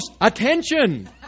attention